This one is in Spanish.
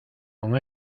con